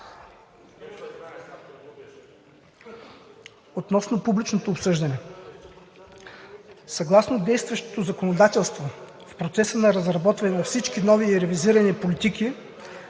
Относно публичното обсъждане. Съгласно действащото законодателство в процеса на разработване на всички нови, ревизирани политики